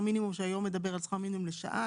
מינימום שהיום מדבר על שכר מינימום לשעה,